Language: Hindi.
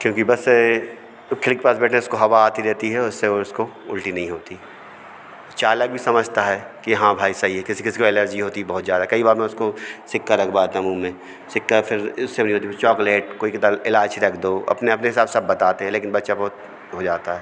क्योंकि बस से खिड़की के पास बैठने से उसको हवा आती रहती है उससे उसको उल्टी नहीं होती चालक भी समझता है कि हाँ भाई सही है किसी किसी को ऐलर्जी होती है बहुत ज़्यादा कई बार में उसको सिक्का रखवाता मुंह में सिक्का फिर उससे चॉकलेट कोई कहता इलायची रख दो अपने अपने हिसाब से सब बताते हैं लेकिन बच्चा बहुत हो जाता है